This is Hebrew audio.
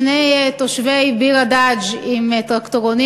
שני תושבי ביר-הדאג' עם טרקטורונים,